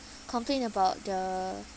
complain about the